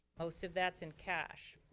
most of that's in cash.